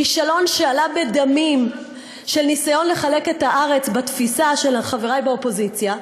כישלון שעלה בדמים של ניסיון לחלק את הארץ בתפיסה של חברי באופוזיציה,